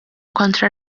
kontra